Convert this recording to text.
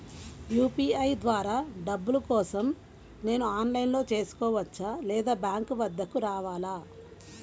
UPI ద్వారా డబ్బులు కోసం నేను ఆన్లైన్లో చేసుకోవచ్చా? లేదా బ్యాంక్ వద్దకు రావాలా?